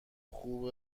خوب